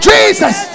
Jesus